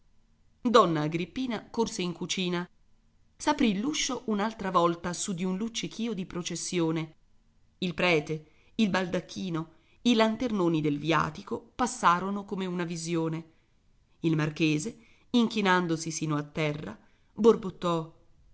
donna agrippina corse in cucina s'aprì l'uscio un'altra volta su di un luccichìo di processione il prete il baldacchino i lanternoni del viatico passarono come una visione il marchese inchinandosi sino a terra